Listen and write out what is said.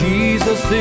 Jesus